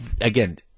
again